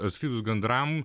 atskridus gandram